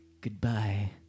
Goodbye